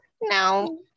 no